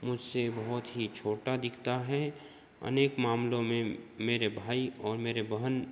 मुझसे बहुत ही छोटा दिखता है अनेक मामलों में मेरे भाई और मेरे बहन